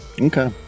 Okay